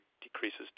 decreases